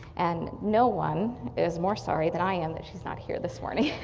and no one is more sorry than i am that she's not here this morning.